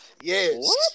Yes